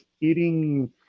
eating